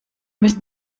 müssen